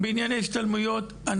בענייני השתלמויות,